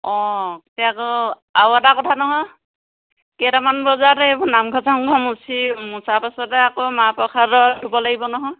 অঁ এতিয়া আকৌ আও এটা কথা নহয় কেইটামান বজাত এইবোৰ নামঘৰ চামঘৰ মচি মচাৰ পাছতে আকৌ মাহ প্ৰসাদৰ ধুব লাগিব নহয়